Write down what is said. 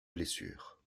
blessures